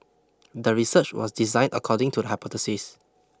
the research was designed according to the hypothesis